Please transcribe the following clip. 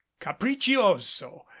capriccioso